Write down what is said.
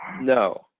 No